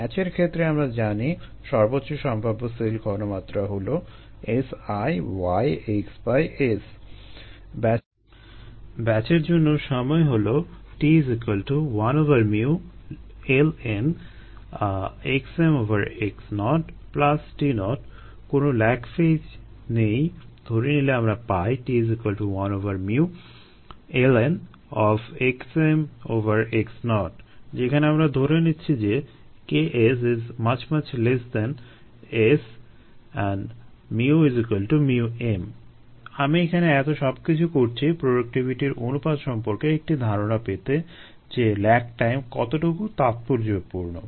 ব্যাচের ক্ষেত্রে আমরা জানি সর্বোচ্চ সম্ভাব্য সেল ঘনমাত্রা হলো 𝑆𝑖𝑌𝑥𝑆 ব্যাচের জন্য সময় হলো t1xmx0 t0 কোনো ল্যাগ ফেইজ নেই ধরি নিলে আমরা পাই t1 xmx0 যেখানে আমরা ধরে নিচ্ছি যে 𝐾𝑆 ≪ 𝑆 µ 𝜇𝑚 আমি এখানে এত সব কিছু করছি প্রোডাক্টিভিটির অনুপাত সম্পর্কে একটি ধারণা পেতে যে ল্যাগ টাইম কতটুকু তাৎপর্যপূর্ণ